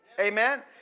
Amen